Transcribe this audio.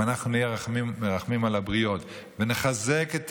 אם אנחנו נהיה מרחמים על הבריות ונחזק את